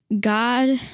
god